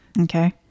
okay